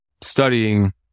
studying